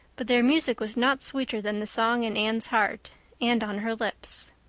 but their music was not sweeter than the song in anne's heart and on her lips.